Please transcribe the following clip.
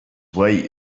way